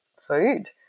food